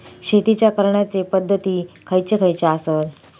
शेतीच्या करण्याचे पध्दती खैचे खैचे आसत?